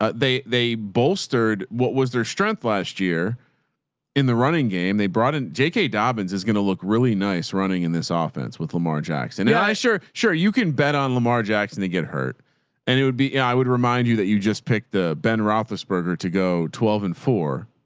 ah they, they bolstered what was their strength last year in the running game they brought in j k dobbins is going to look really nice running in this office with lamar jackson. and i sure, sure. you can bet on lamar jackson, they get hurt and it would be, i would remind you that you just pick the ben roethlisberger to go twelve and four.